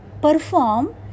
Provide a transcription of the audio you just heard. Perform